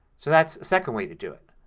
so that's a second way to do it.